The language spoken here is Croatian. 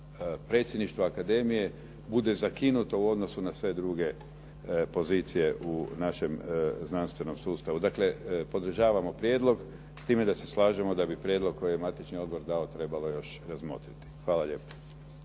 predsjedništvo akademije bude zakinuto u odnosu na sve druge pozicije u našem znanstvenom sustavu. Dakle podržavamo prijedlog s time da s slažemo da bi prijedlog koji je matični odbor dao trebalo još razmotriti. Hvala lijepa.